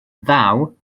ddaw